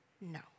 No